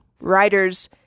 writers